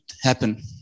happen